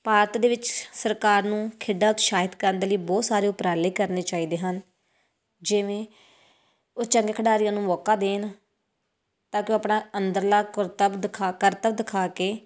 ਭਾਰਤ ਦੇ ਵਿੱਚ ਸਰਕਾਰ ਨੂੰ ਖੇਡਾਂ ਉਤਸ਼ਾਹਿਤ ਕਰਨ ਦੇ ਲਈ ਬਹੁਤ ਸਾਰੇ ਉਪਰਾਲੇ ਕਰਨੇ ਚਾਹੀਦੇ ਹਨ ਜਿਵੇਂ ਉਹ ਚੰਗੇ ਖਿਡਾਰੀਆਂ ਨੂੰ ਮੌਕਾ ਦੇਣ ਤਾਂ ਕਿ ਉਹ ਆਪਣਾ ਅੰਦਰਲਾ ਕਰਤੱਬ ਦਿਖਾ ਕਰਤੱਵ ਦਿਖਾ ਕੇ